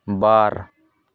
ᱵᱟᱨ